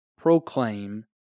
proclaim